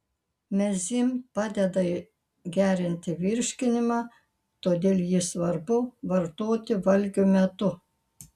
mezym padeda gerinti virškinimą todėl jį svarbu vartoti valgio metu